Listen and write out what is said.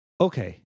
Okay